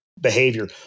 behavior